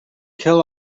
kill